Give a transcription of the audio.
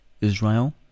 Israel